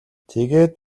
тэгээд